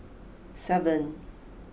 seven